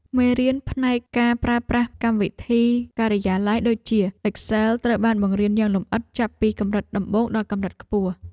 មេរៀនផ្នែកការប្រើប្រាស់កម្មវិធីការិយាល័យដូចជាអ៊ិចសែលត្រូវបានបង្រៀនយ៉ាងលម្អិតចាប់ពីកម្រិតដំបូងដល់កម្រិតខ្ពស់។